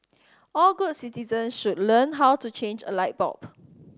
all good citizens should learn how to change a light bulb